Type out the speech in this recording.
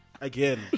again